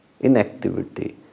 inactivity